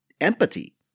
empathy